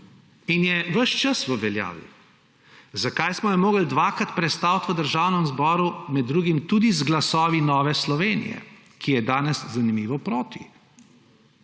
in je ves čas v veljavi? Zakaj smo jo morali dvakrat prestaviti v Državnem zboru, med drugim tudi z glasovi Nove Slovenije, ki je danes, zanimivo, proti?